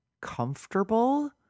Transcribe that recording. comfortable